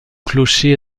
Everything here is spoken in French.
clocher